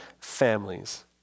families